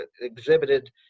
exhibited